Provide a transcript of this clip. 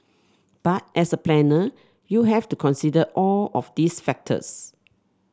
but as a planner you have to consider all of these factors